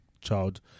child